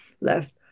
left